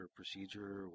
procedure